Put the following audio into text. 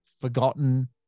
forgotten